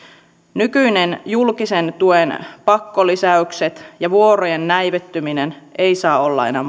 nykyiset julkisen tuen pakkolisäykset ja vuorojen näivettyminen eivät saa olla enää